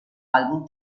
álbum